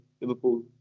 Liverpool